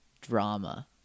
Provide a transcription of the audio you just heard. drama